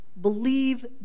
believe